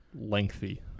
lengthy